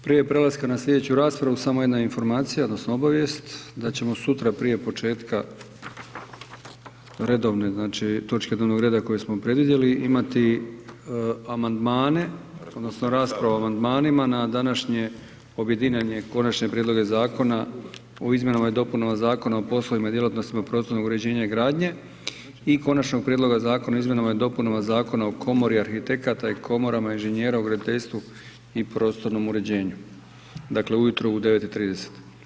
Prije prelaska na slijedeću raspravu samo jedna informacija odnosno obavijest da ćemo sutra prije početka redovne, znači točke dnevnog reda koje smo predvidjeli, imati amandmane odnosno raspravu o amandmanima na današnje objedinjene Konačne prijedloge Zakona o izmjenama i dopunama Zakona o poslovima i djelatnostima prostornog uređenja i gradnje i Konačnog prijedloga Zakona o izmjenama i dopunama Zakona o komori arhitekata i Komorama inženjera u graditeljstvu i prostornom uređenju, dakle ujutro u 9,30.